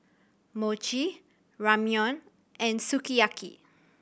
Mochi Ramyeon and Sukiyaki